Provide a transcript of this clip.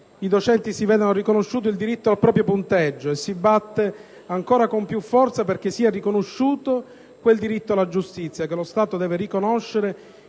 i docenti si vedano riconosciuto il diritto al proprio punteggio e si batte con ancora più forza perché sia riconosciuto quel diritto alla giustizia che lo Stato deve riconoscere